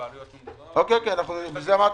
הוצאנו